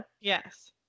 yes